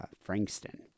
Frankston